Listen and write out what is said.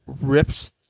rips